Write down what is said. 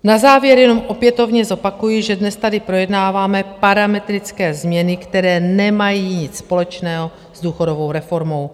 Na závěr jenom opětovně zopakuji, že dnes tady projednáváme parametrické změny, které nemají nic společného s důchodovou reformou.